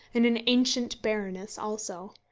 and an ancient baroness also.